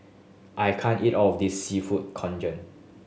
I can't eat all of this Seafood Congee